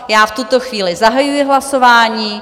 V tuto chvíli zahajuji hlasování.